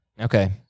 Okay